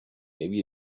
maybe